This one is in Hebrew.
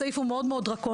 הסעיף הוא מאוד דרקוני.